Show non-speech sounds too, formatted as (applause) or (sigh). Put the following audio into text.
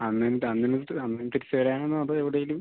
(unintelligible) തിരിച്ചു വരാനാണോ അതോ എവിടെയെങ്കിലും